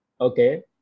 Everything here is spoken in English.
okay